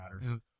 matter